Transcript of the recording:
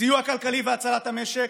סיוע כלכלי בהצלת המשק,